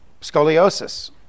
scoliosis